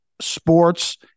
sports